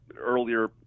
earlier